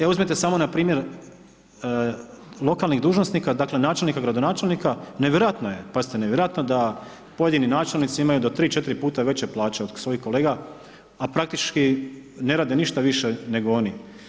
Evo uzmite samo na primjer lokalnih dužnosnika, dakle načelnika, gradonačelnika, nevjerojatno je, pazite nevjerojatno da pojedini načelnici imaju do 3, 4 puta veće plaće od svojih kolega a praktički ne rade ništa više nego oni.